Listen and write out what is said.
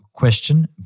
question